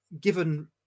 given